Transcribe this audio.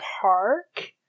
Park